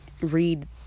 read